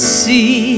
see